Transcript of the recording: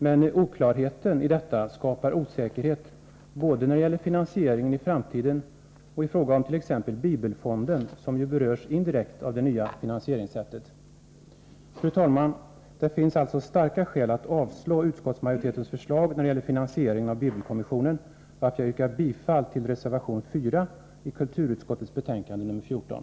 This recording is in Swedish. Men oklarheten i detta skapar osäkerhet både när det gäller finansieringen i framtiden och i fråga om t.ex. bibelfonden, som ju indirekt berörs av det nya finansieringssättet. Fru talman! Det finns alltså starka skäl att avslå utskottsmajoritetens förslag när det gäller finansieringen av bibelkommissionen, varför jag yrkar bifall till reservation 4 vid kulturutskottets betänkande nr 14.